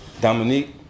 Dominique